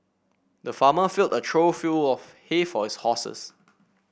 the farmer filled a trough full of hay for his horses